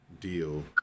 deal